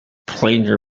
planar